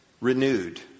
renewed